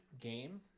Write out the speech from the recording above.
game